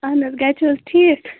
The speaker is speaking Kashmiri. اَہن حظ گَرِ چھُو حظ ٹھیٖک